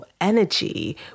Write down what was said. energy